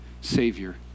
savior